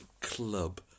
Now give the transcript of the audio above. club